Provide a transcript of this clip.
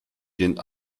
den